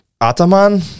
Ataman